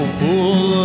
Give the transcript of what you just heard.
pull